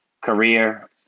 career